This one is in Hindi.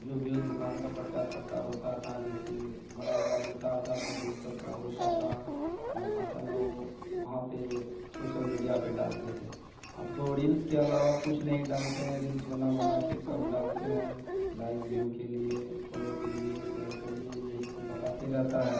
जो भी हो दुकान का प्रचार प्रसार होता था जैसे बड़े बड़े नेता आते थे तो वो सब का होता था वहाँ भाषां में वे वहाँ पर सोसल मीडिया पर डालते थे अब तो ड़ील्स के अलावा कुछ नहीं डालते हैं रील्स बना बनाकर सब डालते हैं लाइक व्यू के लिए फॉलो के लिए शेयर करिए यही सब बताते रहता है